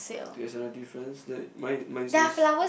there's another difference that mine mine is just